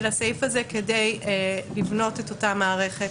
הסעיף הזה כדי לבנות את אותה מערכת.